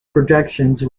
productions